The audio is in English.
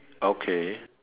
okay